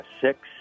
six